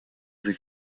sie